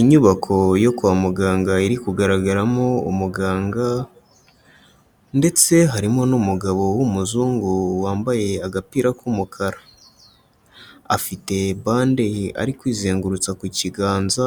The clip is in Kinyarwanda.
Inyubako yo kwa muganga iri kugaragaramo umuganga, ndetse harimo n'umugabo w'umuzungu wambaye agapira k'umukara. Afite bande ye ari kwizengurutsa ku kiganza,